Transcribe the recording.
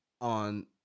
on